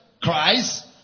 Christ